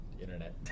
Internet